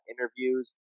interviews